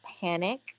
panic